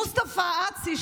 מוסטפא עאסי,